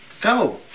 Go